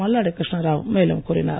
மல்லாடி கிருஷ்ணராவ் மேலும் கூறினார்